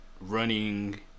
running